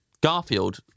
Garfield